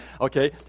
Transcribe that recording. Okay